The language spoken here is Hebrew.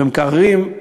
לגבי מקררים,